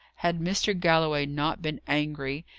had mr. galloway not been angry,